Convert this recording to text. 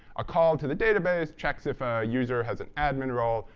a call to the database, checks if a user has an admin role,